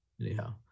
Anyhow